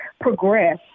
progress